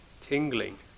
tingling